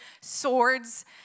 swords